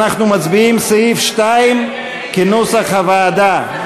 אנחנו מצביעים על סעיף 2 כנוסח הוועדה.